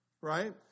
right